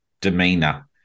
demeanor